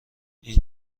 این